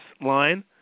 line